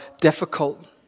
difficult